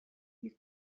you